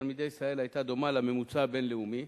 תלמידי ישראל היתה דומה לממוצע הבין-לאומי,